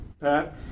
Pat